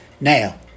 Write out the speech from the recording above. Now